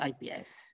IPS